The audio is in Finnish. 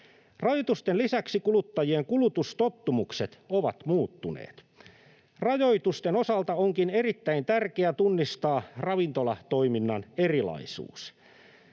Rajoitusten lisäksi kuluttajien kulutustottumukset ovat muuttuneet. Rajoitusten osalta onkin erittäin tärkeää tunnistaa ravintolatoiminnan erilaisuus.